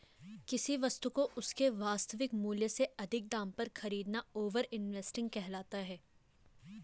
किसी वस्तु को उसके वास्तविक मूल्य से अधिक दाम पर खरीदना ओवर इन्वेस्टिंग कहलाता है